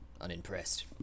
unimpressed